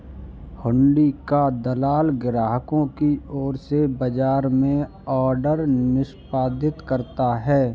हुंडी का दलाल ग्राहकों की ओर से बाजार में ऑर्डर निष्पादित करता है